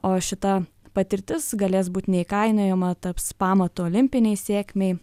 o šita patirtis galės būt neįkainojama taps pamatu olimpinei sėkmei